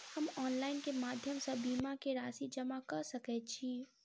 हम ऑनलाइन केँ माध्यम सँ बीमा केँ राशि जमा कऽ सकैत छी?